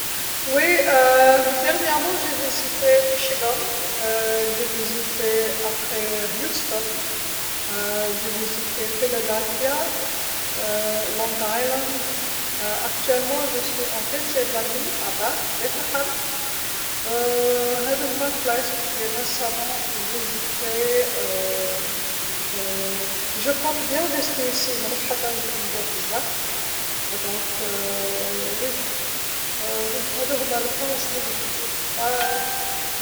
إيه مؤخرا زرت زرت موراها هيوستن زرت فيلدارفيا حاليا راني في بيت الحظ هاذو هوما بلايص لمؤخرا زرتهم نتمنى نقعد هنا، مانيش حابه نزيد ندور بزاف، علابيها إيه إيه هاذو هوما البلايص لزرتهم وداعا.